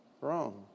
Wrong